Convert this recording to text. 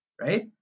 right